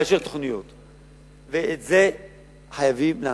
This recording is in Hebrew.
ואת זה חייבים לעצור.